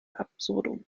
absurdum